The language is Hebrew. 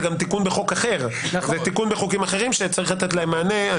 זה גם תיקון בחוקים אחרים שצריך לתת להם מענה.